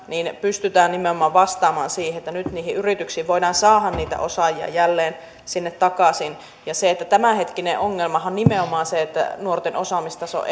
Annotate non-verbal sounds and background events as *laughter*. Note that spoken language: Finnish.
pystytään nimenomaan vastaamaan siihen että nyt yrityksiin voidaan saada niitä osaajia jälleen takaisin tämänhetkinen ongelmahan nimenomaan on se että nuorten osaamistaso *unintelligible*